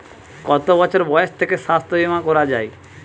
কত বছর বয়স থেকে স্বাস্থ্যবীমা করা য়ায়?